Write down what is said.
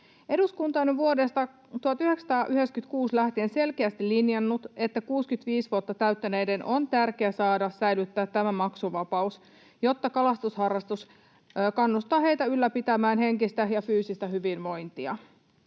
Eduskunta on vuodesta 1996 lähtien selkeästi linjannut, että 65 vuotta täyttäneiden on tärkeää saada säilyttää tämä maksuvapaus, jotta kalastusharrastus kannustaa heitä ylläpitämään henkistä ja fyysistä hyvinvointia.